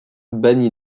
banni